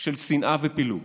של שנאה ופילוג,